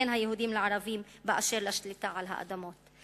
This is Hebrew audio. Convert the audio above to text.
בין היהודים לערבים באשר לשליטה על האדמות.